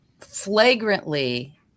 flagrantly